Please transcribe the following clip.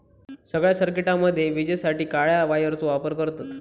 सगळ्या सर्किटामध्ये विजेसाठी काळ्या वायरचो वापर करतत